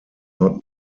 not